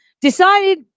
decided